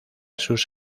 sus